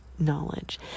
knowledge